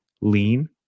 lean